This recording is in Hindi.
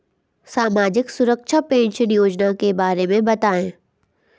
सामाजिक सुरक्षा पेंशन योजना के बारे में बताएँ?